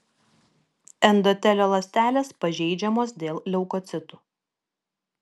endotelio ląstelės pažeidžiamos dėl leukocitų